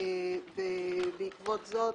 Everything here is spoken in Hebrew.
בעקבות זאת